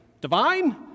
Divine